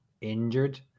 injured